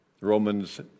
Romans